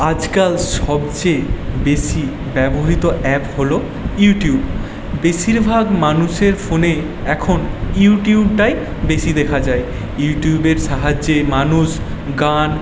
আজকাল সবচেয়ে বেশি ব্যবহৃত অ্যাপ হলো ইউটিউব বেশির ভাগ মানুষের ফোনে এখন ইউটিউবটাই বেশি দেখা যায় ইউটিউবের সাহায্যে মানুষ গান